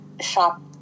shop